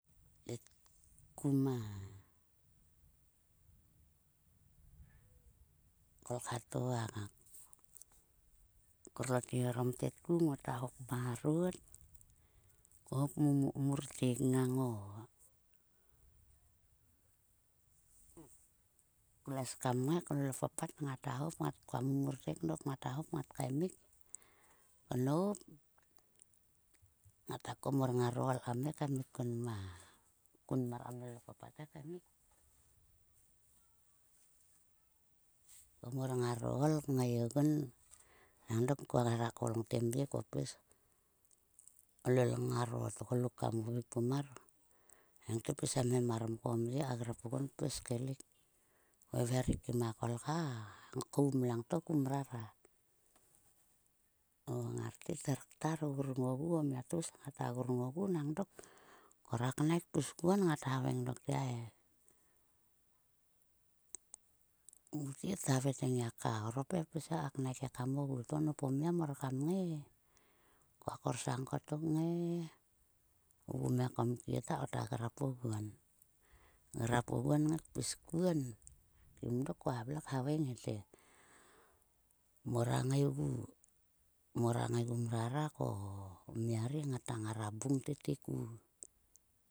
Tetku ma, kolkha to a a korlotge orom tetku. Ngota hop marot, ko hop mumurtek ngaang o klues kam ngai klol o papat. Ngata hop, koa mumurtek knop. Ngata ngat kaemik. Knop, ngata komor ngaro ool kam ngia kaimik kun ma. Kun mar kam lol o papat he kaemik komor ngaro ool kngaigun nang dok ko he kou ngte mye, ko pis klol ngaro tgoluk kam veik pum mar. Ngai ngte pis hemhem mar mko mye. Ka grap oguon pis kaelik. Vevher rik kim a kolkha. A koum langto kum mrara. Ko ngar tet ta ktar grung ogu. O mia tgus ngatagrung ogu nang dok. Kuheva knaik pis kuon ngat haveng dok te, ai mu tet thavoi te, ngiak korop he pis ka knaik ekam ogu. To nop o mia mor kam ngai e. Koa korsang kotok ngae, vgum e komkie ta ko ta grap oguon. Grap oguon kpis kuon kim dok, koa vle khaveng he, te. Mora ngae gu, mora ngai gu mrara ko, o mia ri ngara bung tete ku.